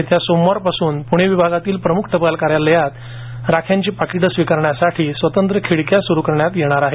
येत्या सोमवार पासून पूणे विभागातील प्रमुख टपाल टपाल कार्यालयांत राख्यांची पाकिटे स्विकारण्यासाठी स्वतंत्र खिडक्या सुरू करण्यात येत आहे